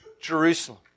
Jerusalem